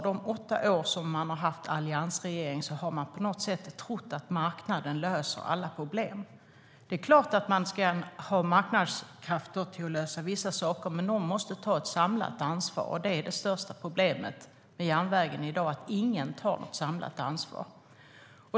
De åtta år som vi har haft en alliansregering har man på något sätt trott att marknaden löser alla problem. Det är klart att man ska ha marknadskrafter för att lösa vissa saker, men någon måste ta ett samlat ansvar. Och det största problemet med järnvägen i dag är att ingen tar ett samlat ansvar.